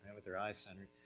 and with their eyes centered.